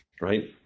right